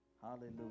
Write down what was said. Hallelujah